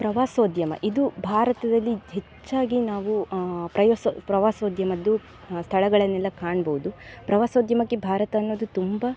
ಪ್ರವಾಸೋದ್ಯಮ ಇದು ಭಾರತದಲ್ಲಿ ಹೆಚ್ಚಾಗಿ ನಾವು ಪ್ರವಾಸ ಪ್ರವಾಸೋದ್ಯಮದ್ದು ಸ್ಥಳಗಳನ್ನೆಲ್ಲ ಕಾಣ್ಬೋದು ಪ್ರವಾಸೋದ್ಯಮಕ್ಕೆ ಭಾರತ ಅನ್ನೊದು ತುಂಬ